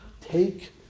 Take